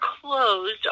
closed